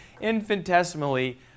infinitesimally